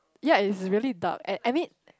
ya it's really dark and I mean